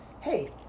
hey